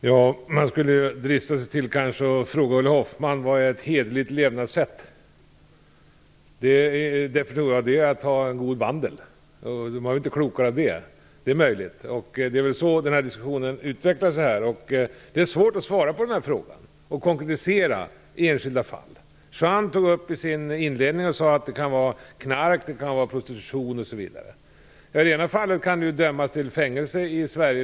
Herr talman! Man skulle kanske drista sig till att fråga Ulla Hoffmann vad ett hederligt levnadssätt är. En definition av det är att ha en god vandel. Det är möjligt att man inte blir klokare av det. Det är så diskussionen utvecklar sig. Det är svårt att svara på denna fråga och konkretisera enskilda fall. Juan Fonseca sade i sin inledning att det kan handla om knark, prostitution osv. I det ena fallet kan man dömas till fängelse i Sverige.